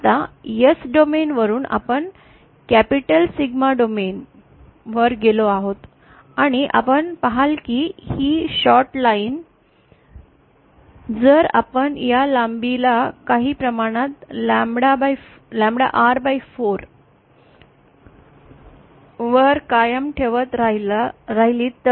आता S domain वरून आपण कॅपिटल सिग्मा डोमेन वर गेलो आहोत आणि आपण पहाल की ही शॉर्ट लाइन जर आपण या लांबीला काही प्रमाणात लामडा r4 वर कायम ठेवत राहिली तर